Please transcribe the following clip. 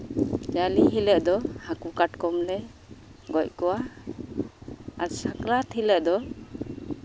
ᱡᱟᱞᱮ ᱦᱤᱞᱳᱜ ᱫᱚ ᱦᱟᱹᱠᱩ ᱠᱟᱴᱠᱚᱢ ᱞᱮ ᱜᱚᱡ ᱠᱚᱣᱟ ᱟᱨ ᱥᱟᱠᱨᱟᱛ ᱦᱤᱞᱳᱜ ᱫᱚ